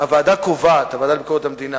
הוועדה לביקורת המדינה